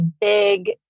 big